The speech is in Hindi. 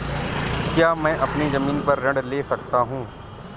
क्या मैं अपनी ज़मीन पर ऋण ले सकता हूँ?